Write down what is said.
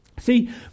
See